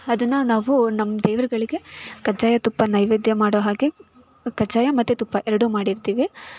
ಅದನ್ನು ನಾವು ನಮ್ಮ ದೇವರುಗಳಿಗೆ ಕಜ್ಜಾಯ ತುಪ್ಪ ನೈವೇದ್ಯ ಮಾಡೋ ಹಾಗೆ ಕಜ್ಜಾಯ ಮತ್ತು ತುಪ್ಪ ಎರಡೂ ಮಾಡಿರ್ತೀವಿ